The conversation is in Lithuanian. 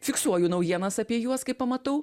fiksuoju naujienas apie juos kai pamatau